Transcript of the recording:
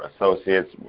associates